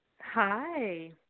hi